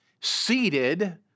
seated